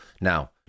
Now